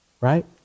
right